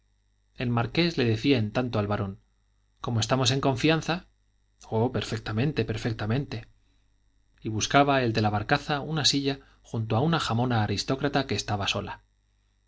el marqués le decía en tanto al barón como estamos en confianza oh perfectamente perfectamente y buscaba el de la barcaza una silla junto a una jamona aristócrata que estaba sola